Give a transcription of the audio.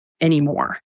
anymore